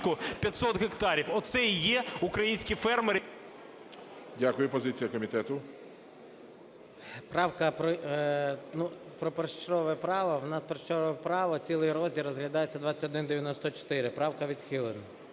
Дякую. Позиція комітету.